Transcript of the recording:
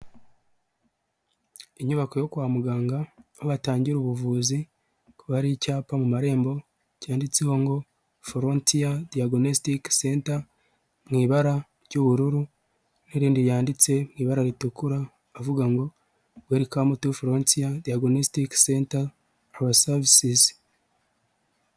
Inyubako yo kwa muganga aho nibatangira ubuvuzi ku icyapa mu marembo cyanditseho ngo forotia diyagonositike senta mu ibara ry'ubururu n'irindi yanditse mu ibara ritukura avuga ngo werikamu tu fesho leginesitike seenta haba serivisi.